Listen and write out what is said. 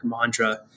mantra